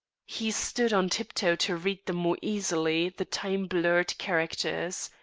he stood on tiptoe to read the more easily the time-blurred characters,